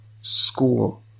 school